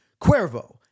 Cuervo